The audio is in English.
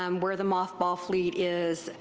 um where the mothball fleet is,